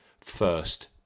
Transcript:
first